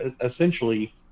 Essentially